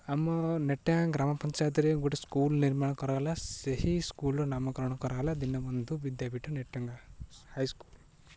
ଆମ ନେଟେଙ୍ଗା ଗ୍ରାମ ପଞ୍ଚାୟତରେ ଗୋଟେ ସ୍କୁଲ୍ ନିର୍ମାଣ କରାଗଲା ସେହି ସ୍କୁଲ୍ର ନାମକରଣ କରାହେଲା ଦୀନବନ୍ଧୁ ବିଦ୍ୟାପୀଠ ନେଟେଙ୍ଗା ହାଇସ୍କୁଲ୍